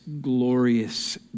glorious